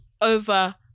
over